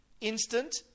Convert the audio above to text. instant